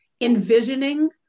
envisioning